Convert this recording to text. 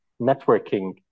networking